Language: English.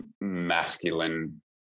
masculine